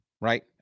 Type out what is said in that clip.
right